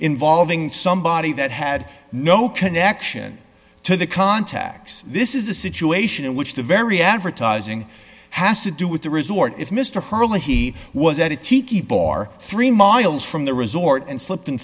involving somebody that had no connection to the contacts this is a situation in which the very advertising has to do with the resort if mr hurley he was at it tiki bar three miles from the resort and slipped